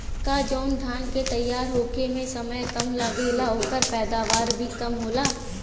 का जवन धान के तैयार होखे में समय कम लागेला ओकर पैदवार भी कम होला?